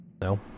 No